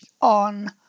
on